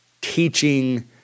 teaching